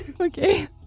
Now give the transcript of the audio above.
Okay